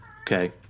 Okay